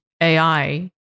AI